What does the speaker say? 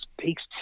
speaks